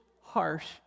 harsh